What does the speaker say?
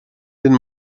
den